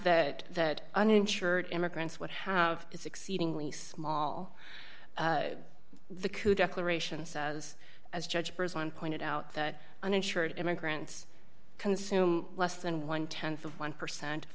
that the uninsured immigrants would have is exceedingly small the coup declaration says as judge person pointed out that uninsured immigrants consume less than th of one percent of